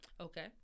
Okay